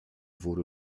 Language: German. wurde